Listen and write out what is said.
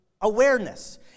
awareness